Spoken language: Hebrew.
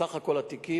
בסך כל התיקים.